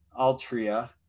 Altria